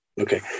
okay